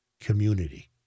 community